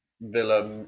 Villa